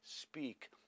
speak